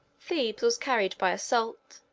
thebes was carried by assault.